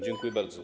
Dziękuję bardzo.